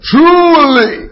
Truly